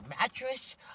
mattress